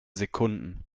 sekunden